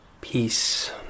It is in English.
Peace